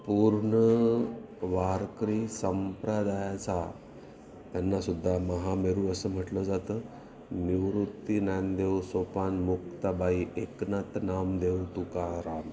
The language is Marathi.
पूर्ण वारकरी संप्रदायाचा त्यांनासुद्धा महामेरू असं म्हटलं जातं निवृत्ती ज्ञानदेव सोपान मुक्ताबाई एकनाथ नामदेव तुकाराम